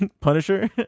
Punisher